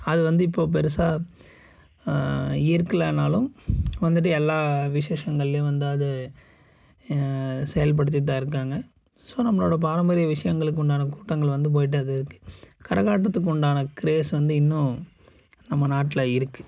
அது வந்து இப்போது பெருசாக ஈர்க்கலேனாலும் வந்துட்டு எல்லாம் விசேஷங்கள்லேயும் வந்து அது செயல்படுத்திகிட்டு தான் இருக்காங்க ஸோ நம்மளோடய பாரம்பரியம் விஷயங்களுக்கு உண்டான கூட்டங்கள் வந்து போயிட்டு அது இருக்குது கரகாட்டத்துக்கு உண்டான க்ரேஸ் வந்து இன்னும் நம்ம நாட்டில் இருக்குது